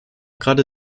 gerade